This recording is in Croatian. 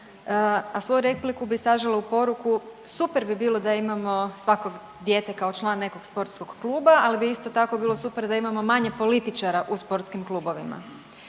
a svoju repliku bi sažela u poruku, super bi bilo da imamo svako dijete kao član nekog spotskog kluba, ali bi isto tako bilo super da imamo manje političara u sportskim klubovima.